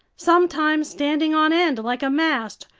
sometimes standing on end like a mast,